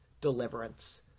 deliverance